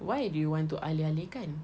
why do you want to alih-alih kan